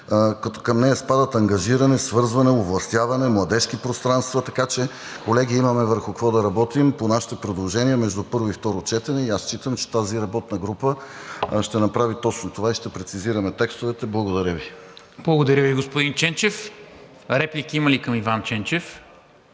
като към нея спадат ангажиране, свързване, овластяване, младежки пространства“, така че, колеги, имаме върху какво да работим по нашите предложения между първо и второ четене и аз считам, че тази работна група ще направи точно това и ще прецизираме текстовете. Благодаря Ви. ПРЕДСЕДАТЕЛ НИКОЛА МИНЧЕВ: Благодаря Ви, господин Ченчев. Реплики има ли към Иван Ченчев?